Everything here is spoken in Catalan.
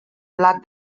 blat